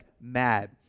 mad